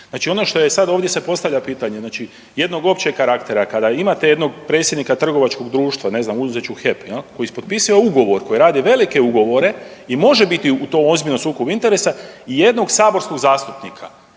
Znači ono što je sad ovdje se postavlja pitanje, znači jednog općeg karaktera, kada imate jednog predsjednika trgovačkog društva ne znam uzet ću HEP jel, koji potpisuje ugovor, koji radi velike ugovore i može biti u tom ozbiljnom sukobu interesa i jednog saborskog zastupnika,